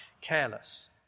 careless